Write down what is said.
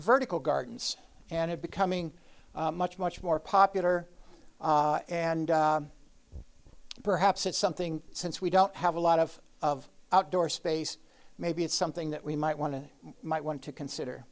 vertical gardens and it becoming much much more popular and perhaps it's something since we don't have a lot of of outdoor space maybe it's something that we might want to might want to consider